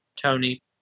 Tony